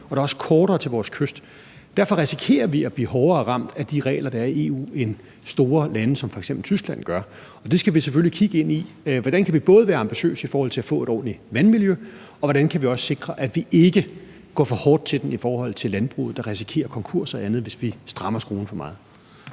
og der er også kortere til vores kyst. Derfor risikerer vi at blive hårdere ramt af de regler, der er i EU, end store lande som f.eks. Tyskland gør. Og det skal vi selvfølgelig kigge ind i: Hvordan kan vi både være ambitiøse i forhold til at få et ordentligt vandmiljø, og hvordan kan vi også sikre, at vi ikke går for hårdt til den i forhold til landbruget, der risikerer konkurser og andet, hvis vi strammer skruen for meget?